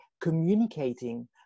communicating